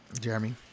Jeremy